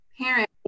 parent